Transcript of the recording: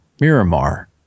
Miramar